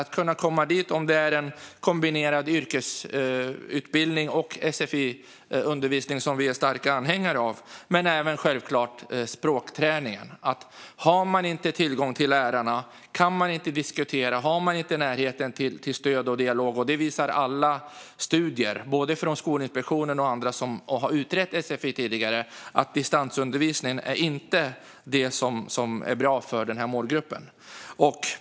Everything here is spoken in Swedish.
Det gäller om det är en kombinerad yrkesutbildning och sfi-undervisning, som vi är starka anhängare av, men självklart även språkträningen. Har man inte tillgång till lärarna kan man inte diskutera, och man har inte närheten till stöd och dialog. Det visar alla studier från både Skolinspektionen och andra som har utrett sfi tidigare. Distansundervisning är inte bra för den här målgruppen.